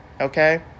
okay